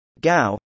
Gao